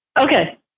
Okay